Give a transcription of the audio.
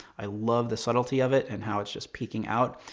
i love the subtlety of it, and how it's just peeking out,